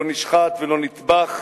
לא נשחט ולא נטבח,